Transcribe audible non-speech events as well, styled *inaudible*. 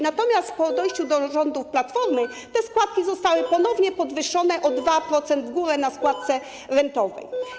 Natomiast po dojściu *noise* do władzy Platformy te składki zostały ponownie podwyższone - 2% w górę na składce rentowej.